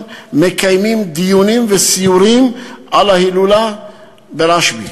מקיימים דיונים וסיורים על ההילולה בקבר רשב"י.